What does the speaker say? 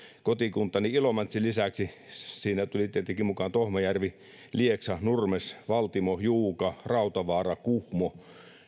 kotikuntani ilomantsin lisäksi siinä tulivat tietenkin mukaan tohmajärvi lieksa nurmes valtimo juuka rautavaara kuhmo